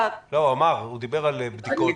הוא אמר, הוא דיבר על בדיקות של הצוות.